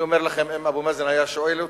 אני אומר לכם שאם אבו מאזן היה שואל אותי,